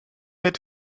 had